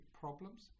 problems